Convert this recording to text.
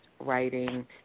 writing